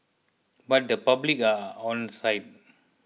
but the public are onside